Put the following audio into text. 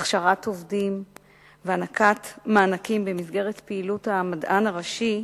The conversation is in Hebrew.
הכשרת עובדים והענקת מענקים במסגרת פעילות המדען הראשי,